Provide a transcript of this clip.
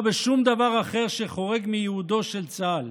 בשום דבר אחר שחורג מייעודו של צה"ל.